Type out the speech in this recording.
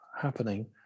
happening